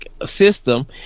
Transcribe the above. System